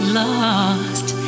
lost